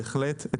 בהחלט,